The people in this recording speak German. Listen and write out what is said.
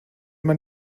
man